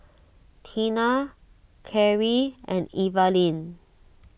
Tina Karie and Evaline